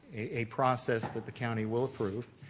a process that the county will approve,